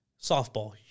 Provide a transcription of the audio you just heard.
softball